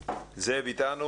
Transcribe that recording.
גולדבלט.